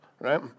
right